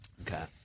Okay